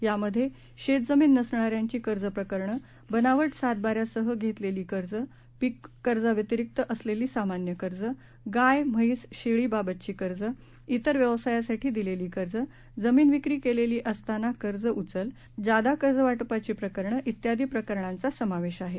यामध्ये शेतजमीन नसणाऱ्यांची कर्जप्रकरणे बनावट सातबाऱ्यासह घेतलेली कर्ज पीक कर्जाव्यतिरीक्त असलेली सामान्य कर्जे गाय म्हैस शेळी बाबतची कर्जे तिर व्यवसायासाठी दिलेली कर्जे जमीन विक्री केलेली असताना कर्ज उचल जादा कर्जवाटपाची प्रकरणं व्यादी प्रकरणांचा समावेश आहे